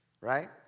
right